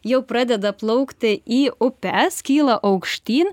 jau pradeda plaukti į upes kyla aukštyn